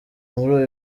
muri